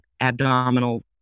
abdominal